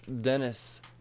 Dennis